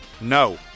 no